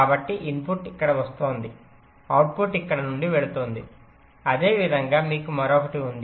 కాబట్టి ఇన్పుట్ ఇక్కడ వస్తోంది అవుట్పుట్ ఇక్కడ నుండి వెళుతుంది అదేవిధంగా మీకు మరొకటి ఉంది